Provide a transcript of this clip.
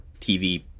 TV